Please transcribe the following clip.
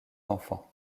enfants